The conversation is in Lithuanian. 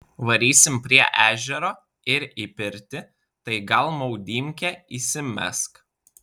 varysim prie ežero ir į pirtį tai gal maudymkę įsimesk